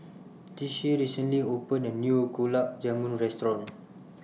Tishie recently opened A New Gulab Jamun Restaurant